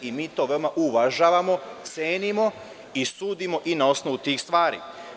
Mi to veoma uvažavamo, cenimo i sudimo i na osnovu tih stvari.